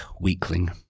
weakling